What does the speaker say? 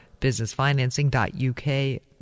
Businessfinancing.uk